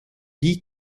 dis